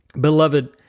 beloved